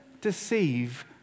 deceive